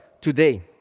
today